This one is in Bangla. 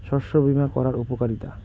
শস্য বিমা করার উপকারীতা?